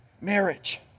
marriage